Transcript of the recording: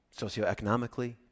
socioeconomically